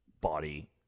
body